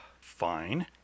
Fine